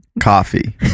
Coffee